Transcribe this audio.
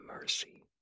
mercy